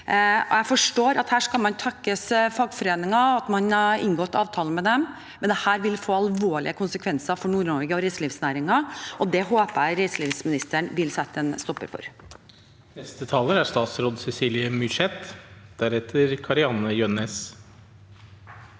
Jeg forstår at man her skal tekkes fagforeninger, og at man har inngått avtale med dem, men dette vil få alvorlige konsekvenser for Nord-Norge og reiselivsnæringen, og det håper jeg reiselivsministeren vil sette en stopper for.